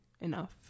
enough